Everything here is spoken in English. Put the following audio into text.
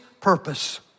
purpose